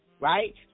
right